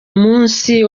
umunsi